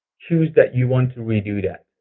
choose that you want to redo that.